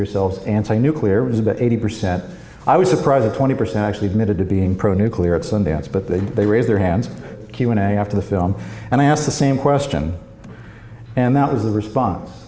yourselves and say nuclear was about eighty percent i was surprised that twenty percent actually admitted to being pro nuclear at sundance but then they raise their hands q and a after the film and i ask the same question and that was the response